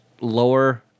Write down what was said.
lower